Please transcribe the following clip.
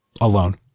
alone